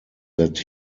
that